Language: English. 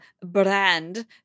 brand